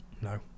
No